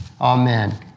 Amen